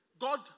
God